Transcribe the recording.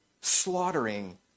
slaughtering